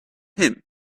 him